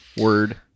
Word